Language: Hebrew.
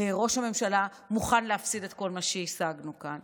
ראש הממשלה מוכן להפסיד את כל מה שהשגנו כאן?